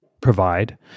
provide